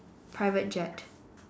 private jet